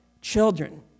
children